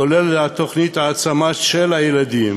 כולל תוכנית העצמה של הילדים,